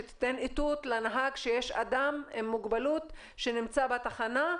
שתיתן איתות לנהג שיש אדם עם מוגבלות שנמצא בתחנה,